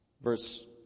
Verse